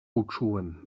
uczułem